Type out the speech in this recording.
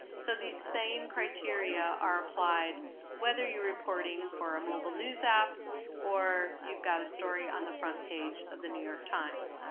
so these same criteria are applied whether you're reporting for a mobile news app or you've got a story on the front page of the new york times.